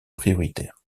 prioritaire